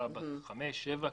חמש-שבע שנים.